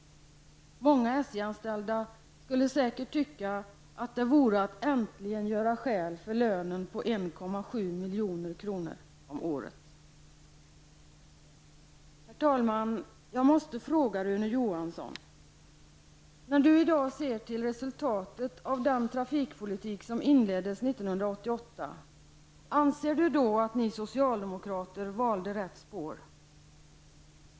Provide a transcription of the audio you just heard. Många SJ-anställda skulle säkert tycka att det vore att äntligen göra skäl för lönen på 1,7 milj.kr. om året. Herr talman! Jag måste fråga Rune Johansson: När man i dag ser till resultatet av den trafikpolitik som inleddes 1988, anser Rune Johansson då att ni socialdemokrater valde rätt spår?